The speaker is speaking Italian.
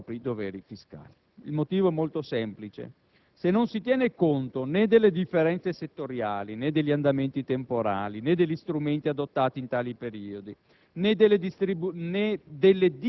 adempie regolarmente ai propri doveri fiscali. Il motivo è molto semplice: se non si tiene conto né delle differenze settoriali né degli andamenti temporali né degli strumenti adottati in tali periodi